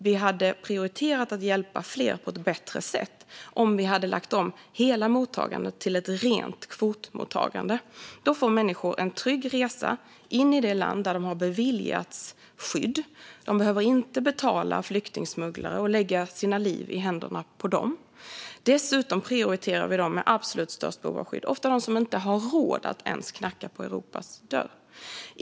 Vi hade prioriterat att hjälpa fler på ett bättre sätt om vi hade lagt om hela mottagandet till ett rent kvotmottagande. Då får människor en trygg resa in i det land där de har beviljats skydd. De behöver inte betala flyktingsmugglare och lägga sina liv i händerna på dem. Dessutom prioriterar vi dem med absolut störst behov av skydd. Det är ofta de som inte haft råd att ens knacka på Europas dörr.